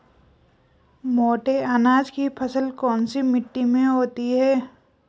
मोटे अनाज की फसल कौन सी मिट्टी में होती है?